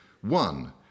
One